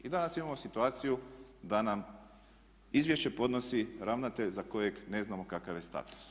I danas imamo situaciju da nam izvješće podnosi ravnatelj za kojeg ne znamo kakav je status.